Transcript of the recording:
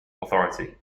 authority